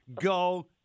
go